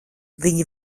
viņi